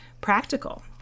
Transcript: practical